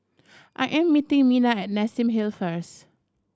I am meeting Mina at Nassim Hill first